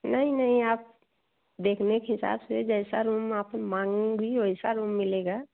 नहीं नहीं आप देखने के हिसाब से जैसा रूम आप माँगेंगी वैसा रूम मिलेगा